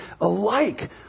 alike